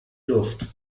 luft